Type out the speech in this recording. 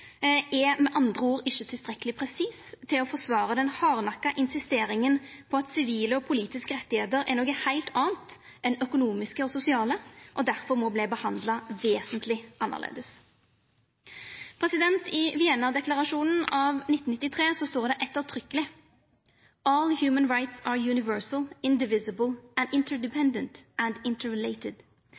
er med andre ord ikkje tilstrekkeleg presis til å forsvara den hardnakka insisteringa på at sivile og politiske rettar er noko heilt anna enn økonomiske og sosiale, og derfor må verte behandla vesentleg annleis. I Wien-deklarasjonen av 1993 står det ettertrykkeleg: «All human